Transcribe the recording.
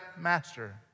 Master